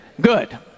Good